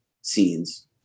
scenes